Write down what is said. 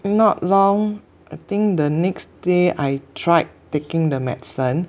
not long I think the next day I tried taking the medicine